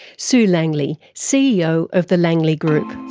sue langley, ceo of the langley group.